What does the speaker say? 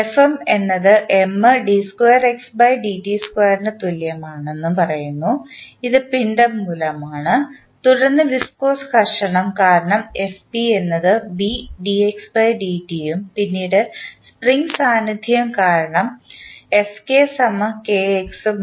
Fm എന്നത് ന് തുല്യമാണെന്ന് പറയുന്നു ഇത് പിണ്ഡം മൂലമാണ് തുടർന്ന് വിസ്കോസ് ഘർഷണം കാരണം എന്നത് ഉം പിന്നീട് സ്പ്രിംഗ് സാന്നിധ്യം കാരണം ഉം ആണ്